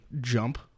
jump